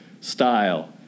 style